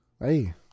Hey